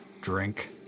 drink